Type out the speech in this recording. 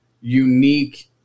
unique